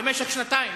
למשך שנתיים,